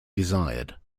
desired